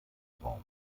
raum